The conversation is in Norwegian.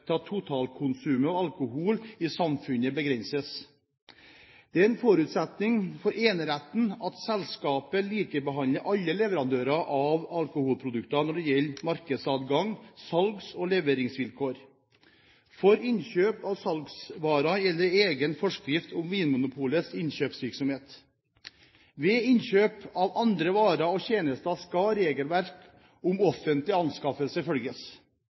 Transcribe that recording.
til at totalkonsumet av alkohol i samfunnet begrenses. Det er en forutsetning for eneretten at selskapet likebehandler alle leverandører av alkoholprodukter når det gjelder markedsadgang, salgs- og leveringsvilkår. For innkjøp av salgsvarer gjelder egen forskrift om Vinmonopolets innkjøpsvirksomhet. Ved innkjøp av andre varer og tjenester skal regelverket om offentlige anskaffelser følges.